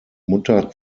mutter